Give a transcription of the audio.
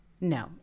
No